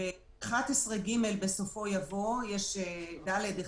ב-11ג בסופו יבוא, יש (ד)(1),